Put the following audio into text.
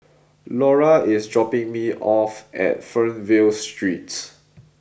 Laura is dropping me off at Fernvale Street